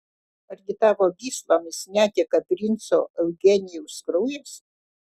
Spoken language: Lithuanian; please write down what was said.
argi tavo gyslomis neteka princo eugenijaus kraujas